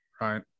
Right